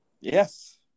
Yes